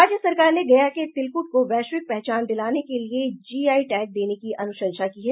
राज्य सरकार ने गया के तिलकुट को वैश्विक पहचान दिलाने के लिए जी आई टैग देने की अनुशंसा की है